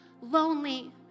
lonely